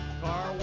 Car